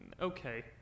Okay